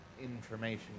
information